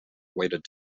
awaited